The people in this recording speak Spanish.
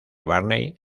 barney